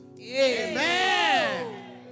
amen